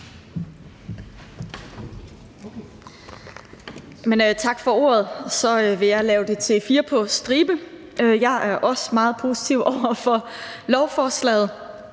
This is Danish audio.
Tak for ordet. Så vil jeg lave det til fire på stribe. Jeg er også meget positiv over for lovforslaget;